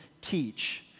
teach